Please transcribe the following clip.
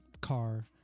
car